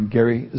Gary